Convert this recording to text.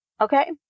Okay